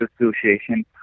association